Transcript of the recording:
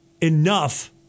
enough